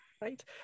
right